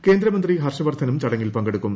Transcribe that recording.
കേന്ദ്രമന്ത്രി ഹർഷവർദ്ധനും ചടങ്ങിൽ പങ്കെടുക്കും